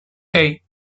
hey